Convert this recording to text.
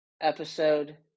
episode